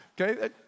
okay